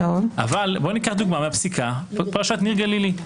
אבל ניקח דוגמה, פרשת ניר גלילי.